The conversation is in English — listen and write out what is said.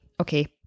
okay